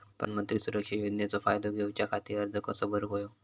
प्रधानमंत्री सुरक्षा योजनेचो फायदो घेऊच्या खाती अर्ज कसो भरुक होयो?